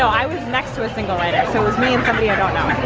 i was next to a single rider, so it was me and somebody i don't know.